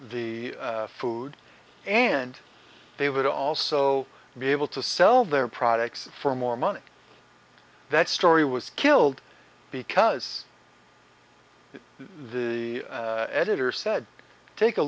the food and they would also be able to sell their products for more money that story was killed because the editor said take a